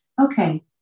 Okay